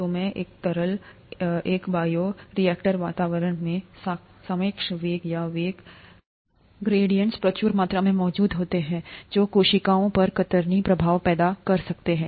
तोमें एक तरल एक बायोरिएक्टरवातावरण में सापेक्ष वेग या वेग ग्रेडिएंट्स प्रचुर मात्रा में मौजूद होते हैं जो कोशिकाओं पर कतरनी प्रभाव पैदा कर सकते हैं